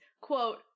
quote